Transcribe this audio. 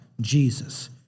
Jesus